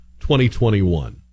2021